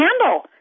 handle